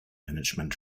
management